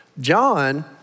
John